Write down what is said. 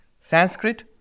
Sanskrit